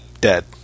dead